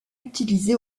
utilisé